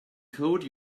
code